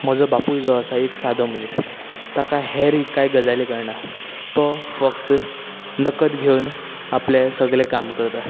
म्हजो बापूय जो आसा एक सादो मनीस ताका हेर एक कांय गजाली कळना तो फक्त नकद घेवन आपलें सगलें काम करता